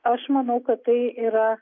aš manau kad tai yra